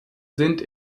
sind